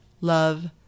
love